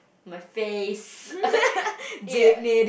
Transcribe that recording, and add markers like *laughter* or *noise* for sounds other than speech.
my face *laughs* ya